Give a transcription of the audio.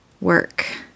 work